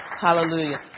Hallelujah